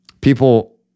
People